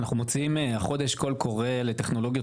אנחנו מוציאים החודש קול קורא לטכנולוגיות